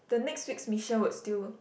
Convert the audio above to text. the next week's mission would still